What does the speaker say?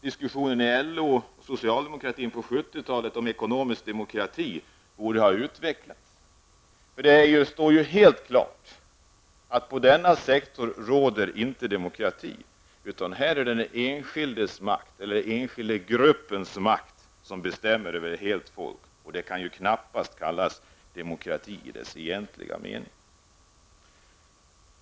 Diskussionen inom LO och socialdemokratin på 70-talet om ekonomisk demokrati borde ha utvecklats. Det står nu helt klart att det på denna sektor inte råder demokrati, utan det är den enskilda gruppens makt som styr över ett helt folk. Det kan knappast kallas demokrati i dess egentliga mening.